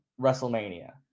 WrestleMania